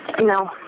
No